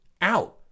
out